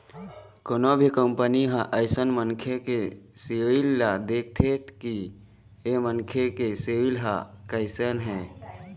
कोनो भी कंपनी ह अइसन मनखे के सिविल ल देखथे कि ऐ मनखे के सिविल ह कइसन हे